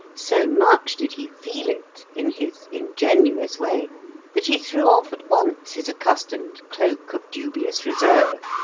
so much did he feel it in his ingenuous way that he threw off at once his accustomed cloak of dubious reserve,